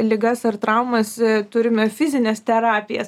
ligas ar traumas turime fizines terapijas